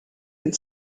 and